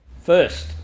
First